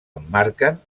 emmarquen